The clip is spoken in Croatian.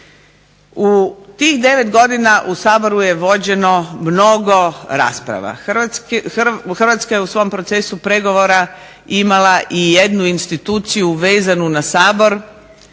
U tih 9 godina u Saboru je vođeno mnogo rasprava. Hrvatska je u svom procesu pregovora imala i jednu instituciju vezanu na Sabor